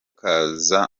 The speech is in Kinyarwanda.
kaza